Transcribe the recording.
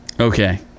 Okay